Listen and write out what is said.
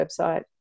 website